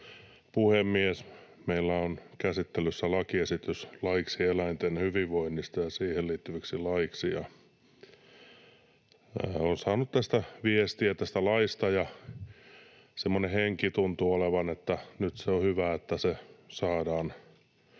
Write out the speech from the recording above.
puhemies! Meillä on käsittelyssä esitys laiksi eläinten hyvinvoinnista ja siihen liittyviksi laeiksi. Olen saanut tästä laista viestiä, ja semmoinen henki tuntuu olevan, että nyt on hyvä, että se saadaan